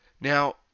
Now